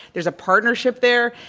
there's a partnership there.